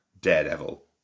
Daredevil